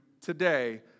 today